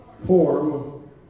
form